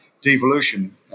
devolution